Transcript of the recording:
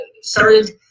started